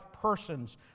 persons